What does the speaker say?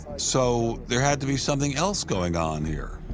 so there had to be something else going on here.